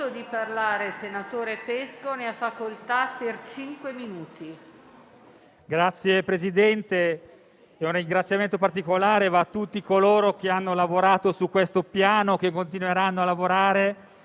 Signor Presidente, un ringraziamento particolare va a tutti coloro che hanno lavorato su questo Piano e che continueranno a lavorare